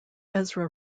ezra